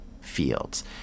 fields